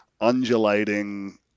undulating